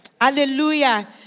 Hallelujah